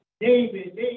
David